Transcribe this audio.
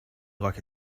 like